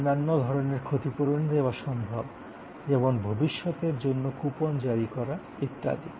অন্যান্য ধরণের ক্ষতিপূরণও দেওয়া সম্ভব যেমন ভবিষ্যতের জন্য কুপন জারি করা ইত্যাদি